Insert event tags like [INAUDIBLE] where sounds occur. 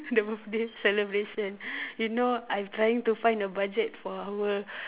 the birthday celebration [LAUGHS] you know I'm trying to find a budget for our